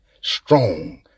strong